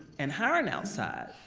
and hiring outside,